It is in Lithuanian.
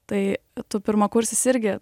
tai tu pirmakursis irgi